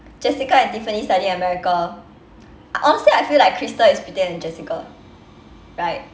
jessica and tiffany study in america honestly I feel like krystal is prettier than jessica right